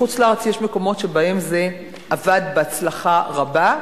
בחוץ-לארץ יש מקומות שבהם זה עבד בהצלחה רבה.